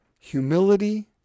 humility